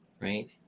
right